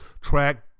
track